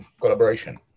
collaboration